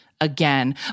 again